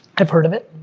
i've heard of it,